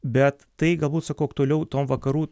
bet tai galbūt sakau aktualiau tom vakarų